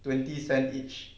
twenty cent each